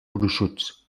gruixuts